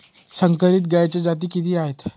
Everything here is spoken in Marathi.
संकरित गायीच्या जाती किती आहेत?